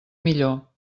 millor